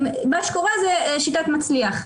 מה שקורה זה "שיטת מצליח"